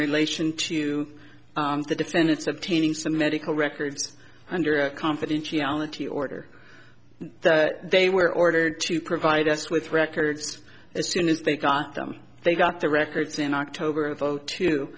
relation to the defend it's obtaining some medical records under a confidentiality order that they were ordered to provide us with records as soon as they got them they got the records in october